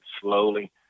slowly